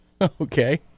Okay